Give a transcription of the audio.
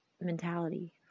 mentality